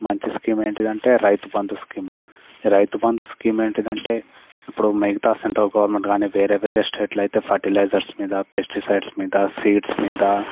మంచి స్కీం ఏంటిది అంటే రైతుబంధు స్కీమ్ రైతుబంధు స్కీమ్ ఏంటిది అంటే ఇప్పుడు మిగతా సెంట్రల్ గవర్నమెంట్ గానీ వేరే వేరే స్టేట్ లైతే ఫర్టిలైజర్స్ మీద పెస్టిసైడ్స్ మీద సీడ్స్ మీద